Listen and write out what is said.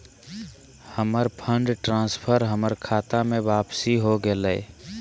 हमर fund transfer हमर खता में वापसी हो गेलय